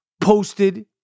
posted